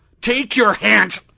take your hands!